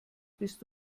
bist